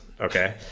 okay